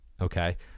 Okay